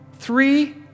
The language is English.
Three